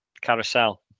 Carousel